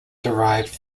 derived